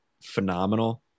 phenomenal